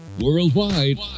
Worldwide